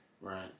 Right